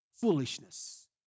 foolishness